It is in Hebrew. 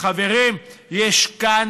חברים, יש כאן